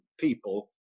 People